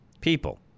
People